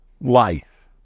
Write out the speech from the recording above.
life